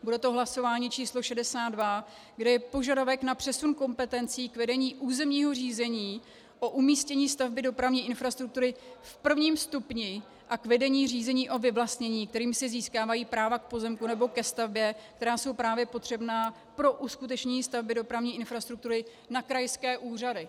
Bude to hlasování číslo šedesát dva, kde je požadavek na přesun kompetencí k vedení územního řízení o umístění stavby dopravní infrastruktury v prvním stupni a k vedení řízení o vyvlastnění, kterým se získávají práva k pozemku nebo ke stavbě, která jsou právě potřebná pro uskutečnění stavby dopravní infrastruktury, na krajské úřady.